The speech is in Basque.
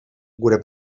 gure